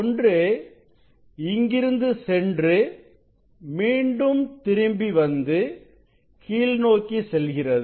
ஒன்று இங்கிருந்து சென்று மீண்டும் திரும்பி வந்து கீழ்நோக்கி செல்கிறது